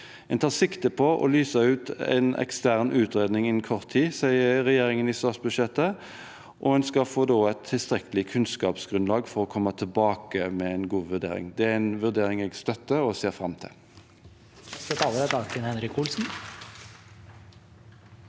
En tar sikte på å lyse ut en ekstern utredning innen kort tid, sier regjeringen i statsbudsjettet, og en skal da få et tilstrekkelig kunnskapsgrunnlag for å komme tilbake med en god vurdering. Det er en vurdering jeg støtter og ser fram til.